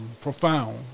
profound